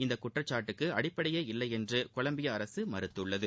இந்த குற்றக்காட்டுக்கு அடிப்படையே இல்லை என்று கொலம்பியா அரசு மறுத்துள்ளது